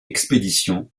expédition